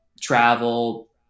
travel